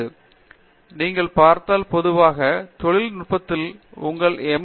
பேராசிரியர் பிரதாப் ஹரிதாஸ் சரி நீங்கள் பார்த்தால் பொதுவாக தொழில் நுட்பத்தில் உங்கள் எம்